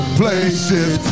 places